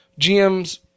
GMs